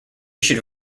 should